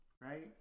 Right